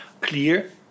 clear